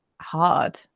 hard